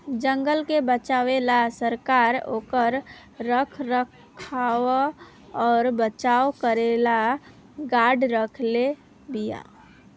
जंगल के बचावे ला सरकार ओकर रख रखाव अउर बचाव करेला गार्ड रखले बिया